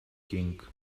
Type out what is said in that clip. king